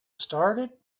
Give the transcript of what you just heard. started